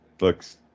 looks